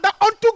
unto